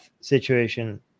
situation